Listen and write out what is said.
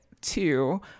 Two